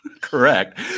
correct